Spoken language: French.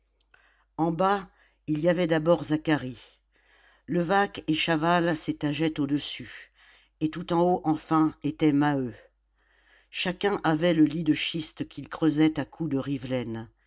en bas il y avait d'abord zacharie levaque et chaval s'étageaient au-dessus et tout en haut enfin était maheu chacun havait le lit de schiste qu'il creusait à coups de rivelaine